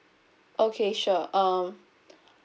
okay sure um